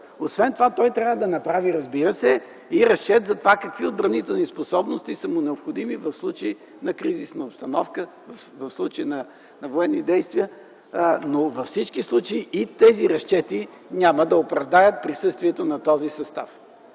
сметка. Той трябва да направи, разбира се, и разчет за това какви отбранителни способности са му необходими в случай на кризисна обстановка, в случай на военни действия, но във всички случаи и тези разчети няма да оправдаят присъствието на този състав.